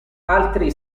altri